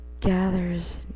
gathers